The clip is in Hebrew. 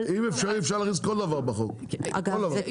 אפשר להכניס כל דבר בחוק, כל דבר.